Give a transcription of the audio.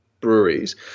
breweries